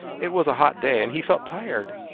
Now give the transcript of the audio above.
it was a hot day, and he felt tired.